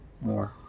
more